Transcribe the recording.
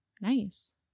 Nice